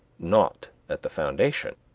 not at the foundation.